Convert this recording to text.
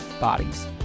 bodies